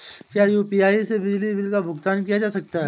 क्या यू.पी.आई से बिजली बिल का भुगतान किया जा सकता है?